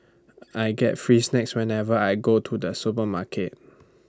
I get free snacks whenever I go to the supermarket